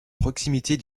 proximité